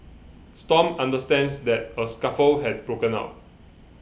stomp understands that a scuffle had broken out